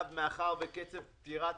מאחר וקצב פטירת